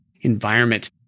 environment